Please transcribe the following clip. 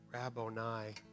Rabboni